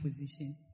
position